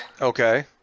Okay